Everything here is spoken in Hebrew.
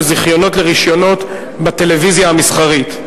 זיכיונות לרשיונות בטלוויזיה המסחרית.